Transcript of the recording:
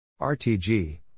RTG